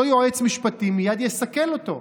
אותו יועץ משפטי מייד יסכל אותו.